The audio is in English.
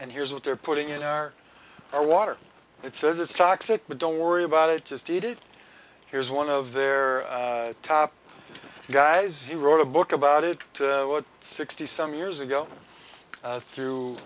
and here's what they're putting in our our water it says it's toxic but don't worry about it just eat it here's one of their top guys he wrote a book about it sixty some years ago through